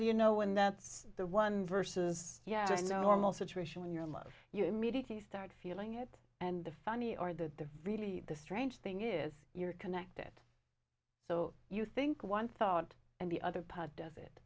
do you know when that's the one versus yeah i know i'm of attrition when you're in love you immediately start feeling it and the funny or the really the strange thing is you're connected so you think one thought and the other part does it